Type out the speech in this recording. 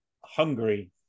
Hungary